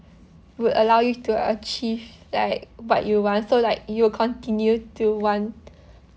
would allow you to achieve like what you want so like you'll continue to want